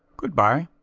good-bye.